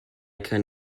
can